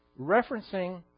referencing